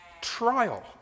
Trial